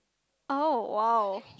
oh !wow!